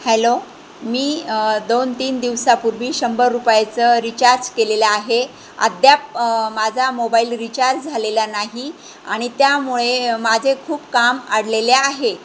hello मी दोन तीन दिवसापूर्वी शंभर रुपयाचं रिचार्ज केलेलं आहे अद्याप माझा मोबाईल रिचार्ज झालेला नाही आणि त्यामुळे माझे खूप काम अडलेले आहे